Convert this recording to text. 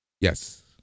Yes